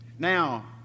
Now